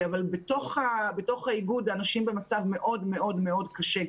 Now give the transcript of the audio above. בתוך האיגוד אנשים במצב מאוד קשה.